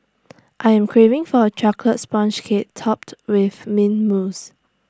I am craving for A Chocolate Sponge Cake Topped with Mint Mousse